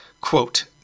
quote